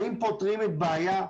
האם פותרים בעיה?